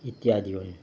इत्यादि हुन्